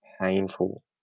painful